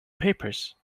papers